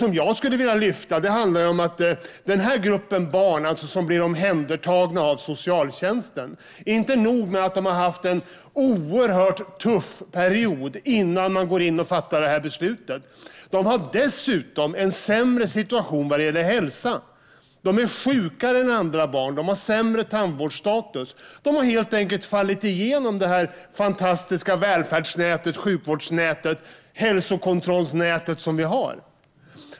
Det jag vill lyfta är att denna grupp barn, som blir omhändertagna av socialtjänsten, förutom att de har haft en oerhört tuff period innan beslutet fattas dessutom har en sämre situation när det gäller hälsa. De är sjukare än andra barn och har sämre tandvårdsstatus. De har helt enkelt fallit igenom det fantastiska välfärds, sjukvårds och hälsokontrollsnät vi har.